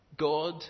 God